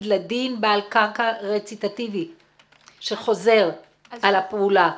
לדין בעל קרקע רציטטיבית שחוזר על הפעולה,